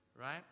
right